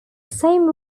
same